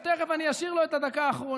תכף, אני אשאיר לו את הדקה האחרונה.